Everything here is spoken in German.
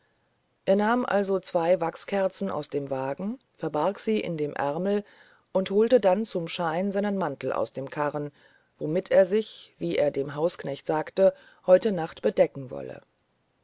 er nahm also zwei wachskerzen aus dem wagen verbarg sie in dem ärmel und holte dann zum schein seinen mantel aus dem karren womit er sich wie er dem hausknecht sagte heute nacht bedecken wolle